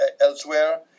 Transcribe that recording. elsewhere